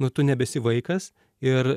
na tu nebesi vaikas ir